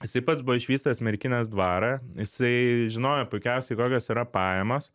jisai pats buvo išvystęs merkinės dvarą jisai žinojo puikiausiai kokios yra pajamos